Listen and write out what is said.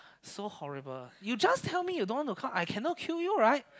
so horrible you just tell me you don't wanna come I cannot kill you right